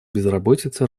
безработицы